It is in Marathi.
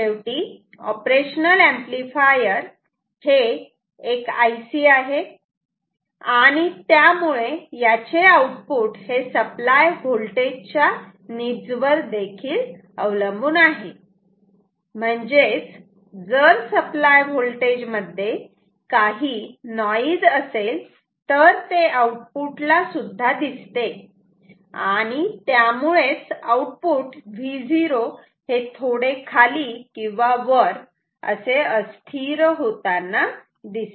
शेवटी ऑपरेशनल ऍम्प्लिफायर हे एक आयसी आहे आणि त्यामुळे याचे आउटपुट हे सप्लाय व्होल्टेज च्या निबझ वर देखील अवलंबून आहे म्हणजेच जर सप्लाय होल्टेज मध्ये काही नॉईज असेल तर ते आउटपुट ला सुद्धा दिसते आणि त्यामुळेच आउटपुट Vo हे थोडे खाली किंवा वर असे अस्थिर होताना दिसते